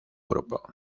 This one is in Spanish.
grupo